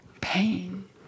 pain